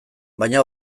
baina